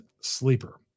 Sleeper